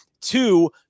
two